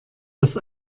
das